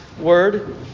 word